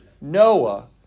Noah